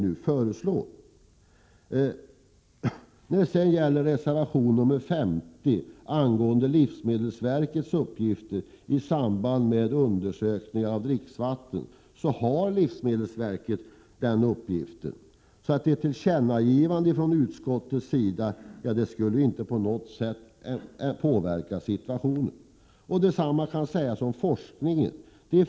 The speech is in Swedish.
När det sedan gäller reservation 50 angående livsmedelsverkets uppgifter i samband med undersökningar av dricksvatten vill jag framhålla att livsmedelsverket redan har den uppgiften. Ett tillkännagivande från utskottet skulle inte på något sätt påverka situationen. Detsamma kan sägas om forskningen.